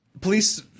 Police